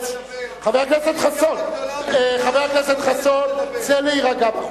ברקוביץ, תצאי החוצה, תירגעי.